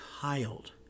child